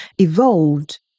evolved